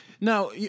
Now